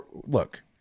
look